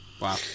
wow